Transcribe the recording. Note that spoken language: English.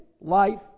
life